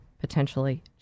potentially